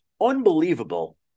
unbelievable